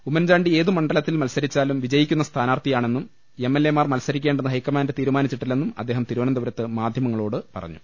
ഉമ്മൻചാണ്ടി ഏത് മണ്ഡലത്തിൽ മത്സരിച്ചാലും വിജയിക്കുന്ന സ്ഥാനാർത്ഥിയാണെന്നും എം എൽ എമാർ മത്സരിക്കേണ്ടെന്ന് ഹൈക്കമാന്റ് തീരുമാനിച്ചിട്ടില്ലെന്നും അദ്ദേഹം തിരുവനന്തപു രത്ത് മാധ്യമങ്ങളോട് പറഞ്ഞു